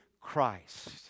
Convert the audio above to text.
Christ